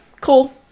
cool